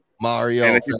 Mario